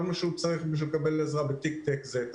כל מה שהוא צריך בשביל לקבל עזרה ב-Tiktek זה את